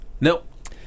Nope